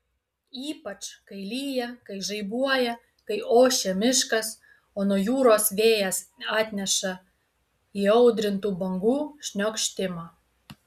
ypač kai lyja kai žaibuoja kai ošia miškas o nuo jūros vėjas atneša įaudrintų bangų šniokštimą